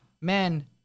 man